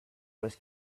was